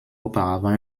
auparavant